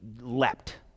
leapt